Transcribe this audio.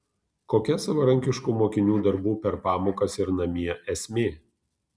kokia savarankiškų mokinių darbų per pamokas ir namie esmė